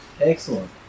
Excellent